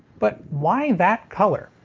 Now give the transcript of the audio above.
but, why that color?